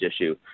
issue